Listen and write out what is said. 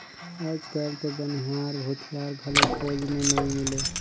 आयज कायल तो बनिहार, भूथियार घलो खोज मे नइ मिलें